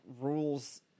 rules